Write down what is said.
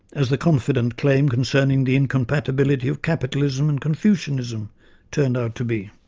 as the confident claim concerning the incompatibility of capitalism and confucianism turned out to be.